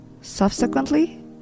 Subsequently